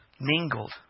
mingled